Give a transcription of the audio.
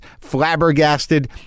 flabbergasted